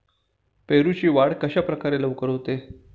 पेरूची वाढ कशाप्रकारे लवकर होते?